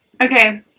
Okay